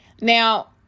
Now